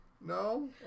no